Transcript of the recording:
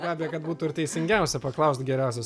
gabija kad būtų ir teisingiausia paklaust geriausios